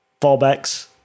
fallbacks